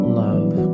love